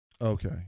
Okay